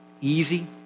easy